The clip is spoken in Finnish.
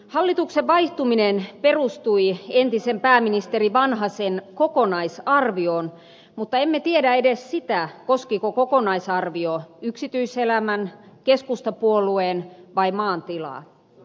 hallituksen vaihtuminen perustui entisen pääministeri vanhasen kokonaisarvioon mutta emme tiedä edes sitä koskiko kokonaisarvio yksityiselämän keskustapuolueen vai maan tilaa